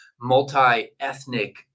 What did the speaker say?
multi-ethnic